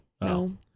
no